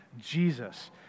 Jesus